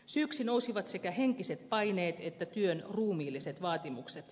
syyksi nousivat sekä henkiset paineet että työn ruumiilliset vaatimukset